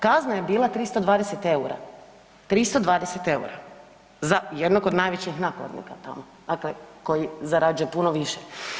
Kazna je bila 320 eura, 320 eura za jednog od najvećih nakladnika tamo, a to je koji zarađuje puno više.